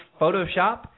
Photoshop